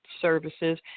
services